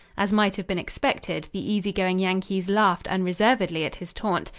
as might have been expected, the easy-going yankees laughed unreservedly at his taunt.